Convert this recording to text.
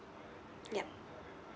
ya